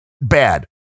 bad